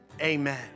Amen